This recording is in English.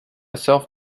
self